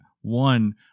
one